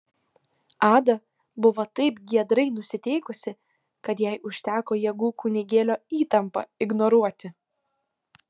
ada buvo taip giedrai nusiteikusi kad jai užteko jėgų kunigėlio įtampą ignoruoti